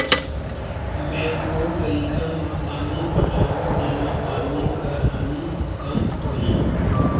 मैं कोन तरीका म पानी पटाहूं जेमा पानी कर हानि कम होही?